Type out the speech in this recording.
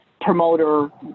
promoter